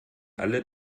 alle